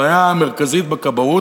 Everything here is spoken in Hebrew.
הבעיה המרכזית בכבאות,